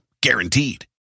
Guaranteed